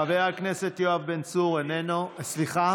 חבר הכנסת יואב בן צור, מוותר,